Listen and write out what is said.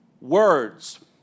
words